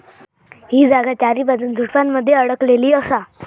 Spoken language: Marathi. ही जागा चारीबाजून झुडपानमध्ये अडकलेली असा